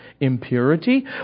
impurity